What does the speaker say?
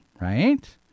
right